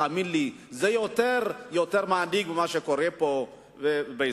תאמין לי שזה יותר מדאיג ממה שקורה פה בישראל.